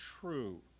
true